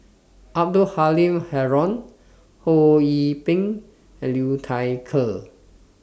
Abdul Halim Haron Ho Yee Ping and Liu Thai Ker